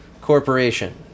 Corporation